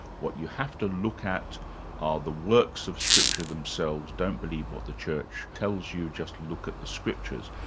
what you have to look at are the works of scripture themselves, don't believe what the church tells you, just look at the scriptures.